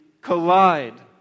collide